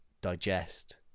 digest